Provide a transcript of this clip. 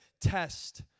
test